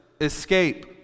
escape